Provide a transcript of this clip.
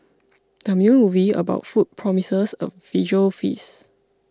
the new movie about food promises a visual feast